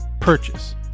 purchase